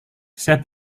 saya